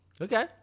Okay